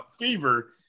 fever